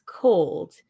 cold